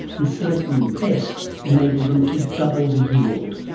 and selecting the best enabled them to double the yield.